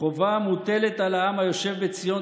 "חובה מוטלת על העם היושב בציון,